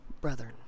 brethren